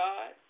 God